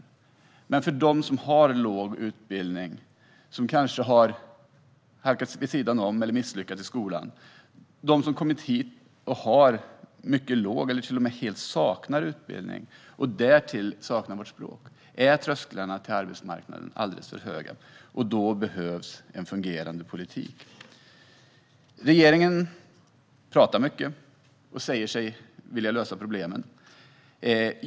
Men trösklarna till arbetsmarknaden är alldeles för höga för dem som har låg utbildning, som kanske har halkat åt sidan eller misslyckats i skolan, som har kommit hit med mycket låg utbildning eller ingen utbildning alls och som därtill saknar vårt språk. Då behövs en fungerande politik. Regeringen pratar mycket och säger sig vilja lösa problemen.